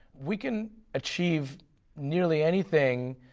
we can achieve nearly anything,